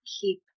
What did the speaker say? keep